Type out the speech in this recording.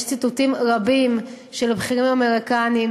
יש ציטוטים רבים של בכירים אמריקנים,